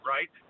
Right